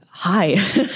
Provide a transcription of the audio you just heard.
Hi